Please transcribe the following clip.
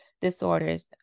disorders